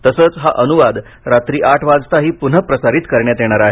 तसंच हा अनुवाद रात्री आठ वाजताही पुनप्रसारित करण्यात येणार आहे